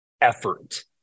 effort